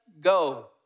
go